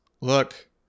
look